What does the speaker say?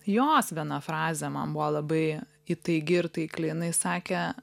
jos viena frazė man buvo labai įtaigi ir taikli jinai sakė